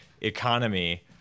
economy